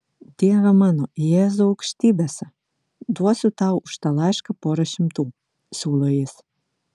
dieve mano jėzau aukštybėse duosiu tau už tą laišką porą šimtų siūlo jis